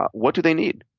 what do they need?